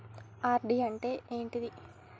RD అంటే ఏంటిది?